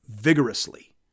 vigorously